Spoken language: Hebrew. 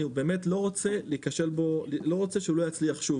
אני לא רוצה שהוא לא יצליח שוב.